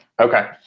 Okay